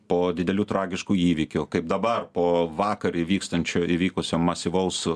po didelių tragiškų įvykių kaip dabar po vakar įvykstančio įvykusio masyvaus